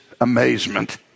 amazement